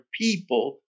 people